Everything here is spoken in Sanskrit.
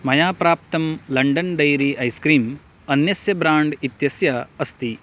मया प्राप्तं लण्डन् डैरी ऐस् क्रीम् अन्यस्य ब्राण्ड् इत्यस्य अस्ति